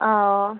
অঁ